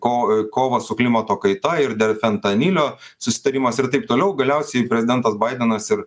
ko kovą su klimato kaita ir dėl fentanilio susitarimas ir taip toliau galiausiai prezidentas baidenas ir